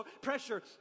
pressure